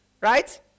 right